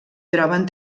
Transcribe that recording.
troben